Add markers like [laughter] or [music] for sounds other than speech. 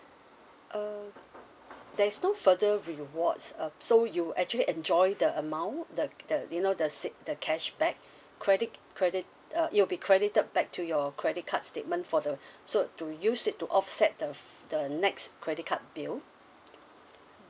err there is no further rewards um so you actually enjoy the amount the the you know the s~ the cashback [breath] credit credit uh it will be credited back to your credit card statement for the [breath] so to use it to offset the f~ the next credit card bill